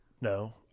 no